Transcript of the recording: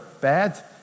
bad